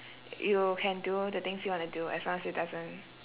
y~ you can do the things you want to do as long as it doesn't